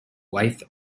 wife